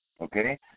Okay